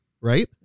right